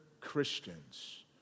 Christians